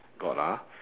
got ah